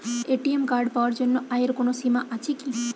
ATM card পাওয়ার জন্য আয়ের কোনো সীমা আছে কি?